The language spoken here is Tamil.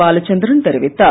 பாலசந்திரன் தெரிவித்தார்